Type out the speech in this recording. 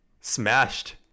smashed